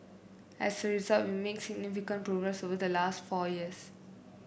as a result we made significant progress over the last four years